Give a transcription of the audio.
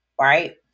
right